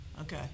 Okay